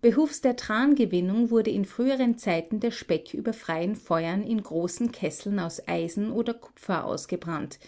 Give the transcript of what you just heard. behufs der trangewinnung wurde in früheren zeiten der speck über freien feuern in großen kesseln aus eisen oder kupfer ausgebrannt